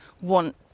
want